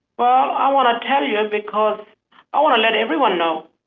well i want to tell you and because i want to let everyone know.